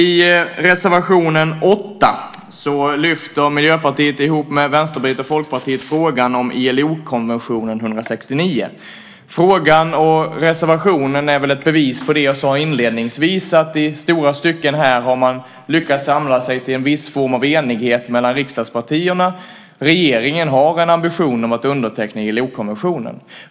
I reservation 8 lyfter Miljöpartiet ihop med Vänsterpartiet och Folkpartiet fram frågan om ILO-konventionen 169. Frågan och reservationen är väl ett bevis på det som jag sade inledningsvis, att i stora stycken har man lyckats samla sig till en viss form av enighet mellan riksdagspartierna. Regeringen har ambitionen att underteckna ILO-konventionen.